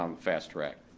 um fast track.